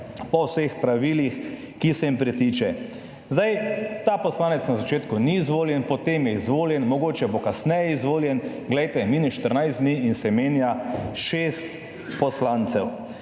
po vseh pravilih, kot jim pritičejo. Zdaj ta poslanec na začetku ni izvoljen, potem je izvoljen, mogoče bo kasneje izvoljen… Glejte, minus štirinajst dni in se menja šest poslancev